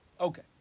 Okay